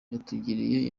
yatugiriye